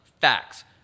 Facts